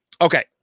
Okay